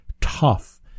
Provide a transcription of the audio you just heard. tough